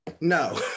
no